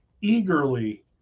eagerly